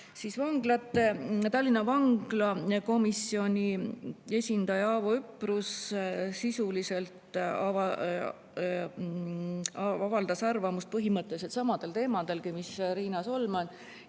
lisada. Tallinna Vangla vanglakomisjoni esindaja Avo Üprus sisuliselt avaldas arvamust põhimõtteliselt samadel teemadel mis Riina Solman.